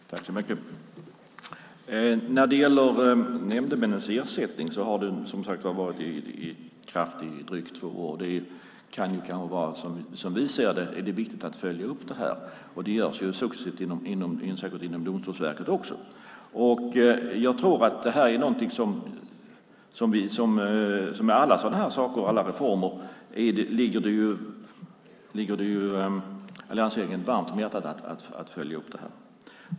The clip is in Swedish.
Fru talman! När det gäller nämndemännens ersättning har den som sagt var varit i kraft i drygt två år. Som vi ser det är det viktigt att följa upp detta. Det görs successivt särskilt inom Domstolsverket. Som med alla sådana här saker och alla reformer ligger det alliansregeringen varmt om hjärtat att följa upp detta.